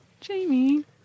Jamie